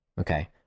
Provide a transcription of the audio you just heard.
Okay